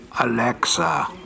Alexa